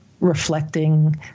reflecting